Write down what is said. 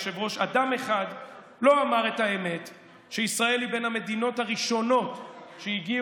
אגב, אף אחד, אף אדם שעלה